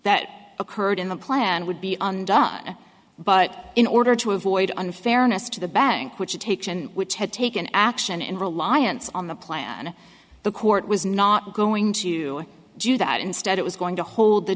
that occurred in the plan would be undone but in order to avoid unfairness to the bank which had taken which had taken action in reliance on the plan the court was not going to do that instead it was going to hold the